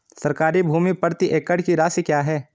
सरकारी भूमि प्रति एकड़ की राशि क्या है?